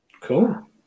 Cool